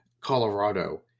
Colorado